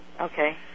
Okay